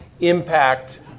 impact